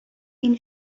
این